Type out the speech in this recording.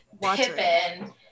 Pippin